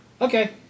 Okay